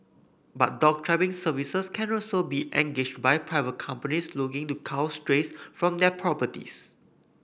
but dog trapping services can also be engaged by private companies looking to cull strays from their properties